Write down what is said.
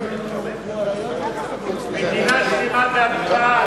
מוקדם בוועדת החוקה, חוק ומשפט נתקבלה.